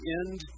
end